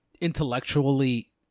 intellectually